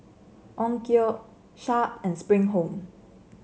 Onkyo Sharp and Spring Home